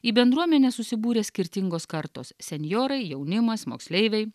į bendruomenę susibūrė skirtingos kartos senjorai jaunimas moksleiviai